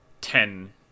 ten